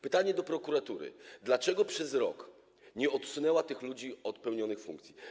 Pytanie do prokuratury, dlaczego przez rok nie odsunęła tych ludzi od pełnionych funkcji.